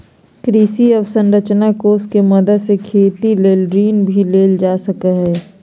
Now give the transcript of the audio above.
कृषि अवसरंचना कोष के मदद से खेती ले ऋण भी लेल जा सकय हय